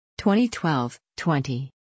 2012-20